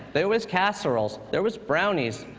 there was casseroles, there was brownies,